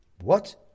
What